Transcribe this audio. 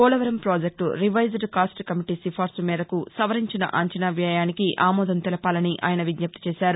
Polavaram project revised cost committee సిఫారసు మేరకు సవరించిన అంచనా వ్యయానికి ఆమోదం తెలపాలని ఆయన విజ్జప్తిచేశారు